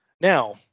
Now